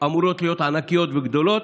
אמורות להיות ענקיות וגדולות.